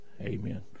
Amen